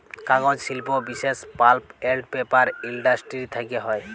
কাগজ শিল্প বিশেষ পাল্প এল্ড পেপার ইলডাসটিরি থ্যাকে হ্যয়